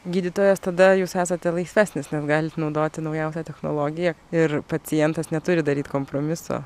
gydytojas tada jūs esate laisvesnis nes galit naudoti naujausią technologiją ir pacientas neturi daryt kompromiso